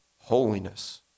holiness